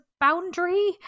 boundary